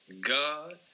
God